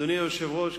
אדוני היושב-ראש,